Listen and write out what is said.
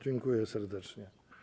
Dziękuję serdecznie.